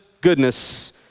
goodness